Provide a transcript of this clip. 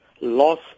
loss